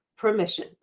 Permission